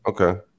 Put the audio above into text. Okay